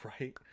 Right